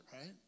right